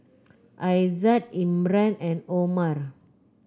Aizat Imran and Omar